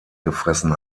gefressen